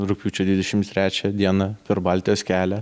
rugpjūčio dvidešims trečią dieną per baltijos kelią